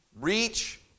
reach